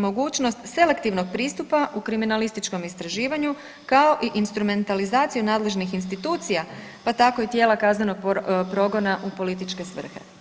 mogućnost selektivnog pristupa u kriminalističkom istraživanju kao i instrumentalizaciju nadležnih institucija pa tako i tijela kaznenog progona u političke svrhe.